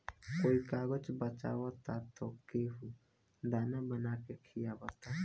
कोई कागज बचावता त केहू दाना बना के खिआवता